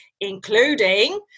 including